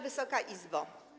Wysoka Izbo!